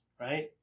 right